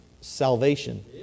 salvation